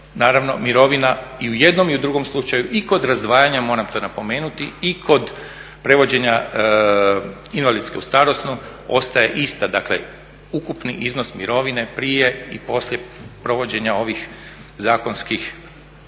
Naravno mirovina i u jednom i u drugom slučaju i kod razdvajanja, moram to napomenuti, i kod prevođenja invalidske u starosnu ostaje ista. Dakle, ukupni iznos mirovine prije i poslije provođenja ovih zakonskih